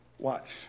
Watch